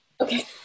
Okay